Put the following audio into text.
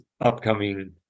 upcoming